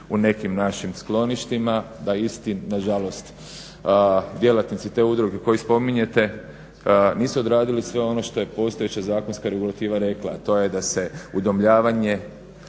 u nekim našim skloništima da isti nažalost djelatnici te udruge koju spominjete nisu odradili sve ono što je postojeća zakonska regulativa rekla, a to je da se udomljavanje